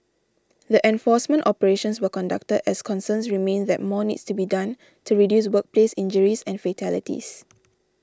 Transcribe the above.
the enforcement operations were conducted as concerns remain that more needs to be done to reduce workplace injuries and fatalities